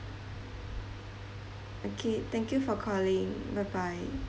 okay thank you for calling bye bye